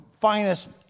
finest